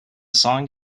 song